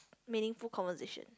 meaningful conversation